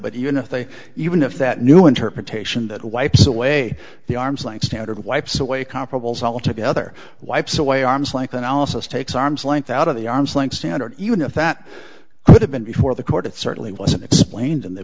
but even if they even if that new interpretation that wipes away the arm's length standard wipes away comparables altogether wipes away arms like analysis takes arm's length out of the arm's length standard even if that could have been before the court it certainly wasn't explained